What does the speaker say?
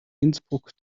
innsbruck